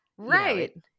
Right